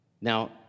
Now